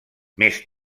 més